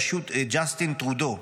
ברשות ג'סטין טרודו,